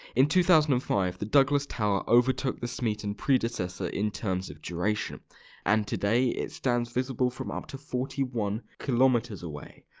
in two thousand and five, the douglas tower overtook the smeaton predecessor in terms of duration and today it stands visible from up to forty one kilometres away.